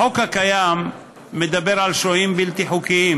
החוק הקיים מדבר על שוהים בלתי חוקיים